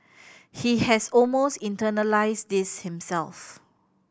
he has almost internalised this himself